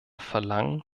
verlangen